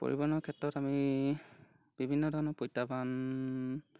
পৰিৱহণৰ ক্ষেত্ৰত আমি বিভিন্ন ধৰণৰ প্ৰত্যাহ্বান